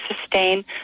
sustain